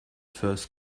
first